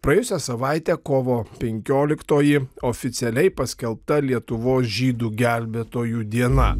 praėjusią savaitę kovo penkioliktoji oficialiai paskelbta lietuvos žydų gelbėtojų diena